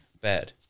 bad